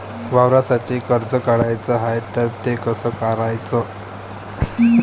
वावरासाठी कर्ज काढाचं हाय तर ते कस कराच ही मायती ऑनलाईन कसी भेटन?